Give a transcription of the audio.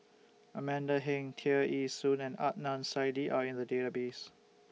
Amanda Heng Tear Ee Soon and Adnan Saidi Are in The Database